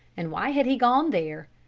and why had he gone there?